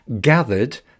gathered